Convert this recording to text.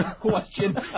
question